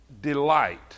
delight